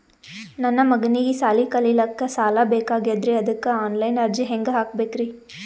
ನನ್ನ ಮಗನಿಗಿ ಸಾಲಿ ಕಲಿಲಕ್ಕ ಸಾಲ ಬೇಕಾಗ್ಯದ್ರಿ ಅದಕ್ಕ ಆನ್ ಲೈನ್ ಅರ್ಜಿ ಹೆಂಗ ಹಾಕಬೇಕ್ರಿ?